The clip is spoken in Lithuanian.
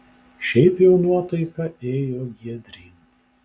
šiaip jau nuotaika ėjo giedryn